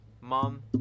Mom